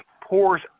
pours